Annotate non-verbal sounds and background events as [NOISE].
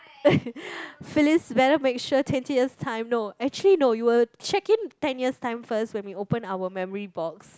[LAUGHS] Phyllis better make sure twenty years time no actually no you will check in ten years time first when we open our memory box